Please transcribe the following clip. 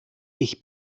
ich